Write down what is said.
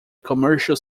commercial